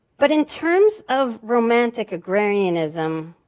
but in terms of romantic agrarianism,